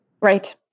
Right